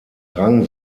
rang